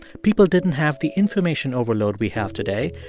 people didn't have the information overload we have today.